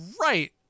Right